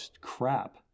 crap